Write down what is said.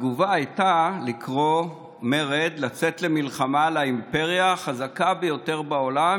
התגובה הייתה לקרוא מרד לצאת למלחמה על האימפריה החזקה ביותר בעולם,